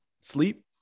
sleep